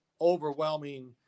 overwhelming